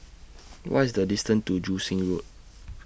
What IS The distance to Joo Seng Road